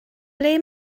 ble